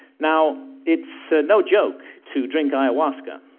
now, it's no joke to drink ayahuasca.